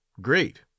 Great